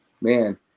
man